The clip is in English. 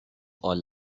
are